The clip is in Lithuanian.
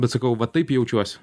bet sakau va taip jaučiuosi